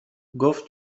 گفت